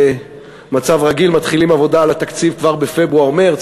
במצב רגיל מתחילים לעבוד על התקציב כבר בפברואר-מרס,